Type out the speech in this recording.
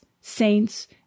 saints